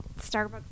Starbucks